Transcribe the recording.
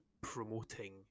promoting